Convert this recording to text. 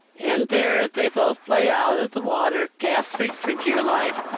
and there they both lay out of the water, gasping for dear life.